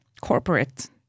corporate